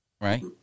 Right